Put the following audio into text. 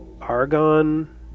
argon